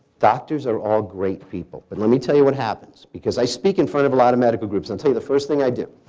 doctors are all great people but let me tell you what happens, because i speak in front of a lot of medical groups, and i'll tell you the first thing i do.